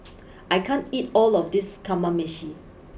I can't eat all of this Kamameshi